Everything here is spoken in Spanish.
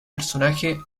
personaje